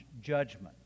judgment